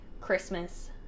Christmas